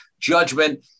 judgment